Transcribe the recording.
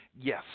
Yes